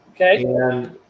okay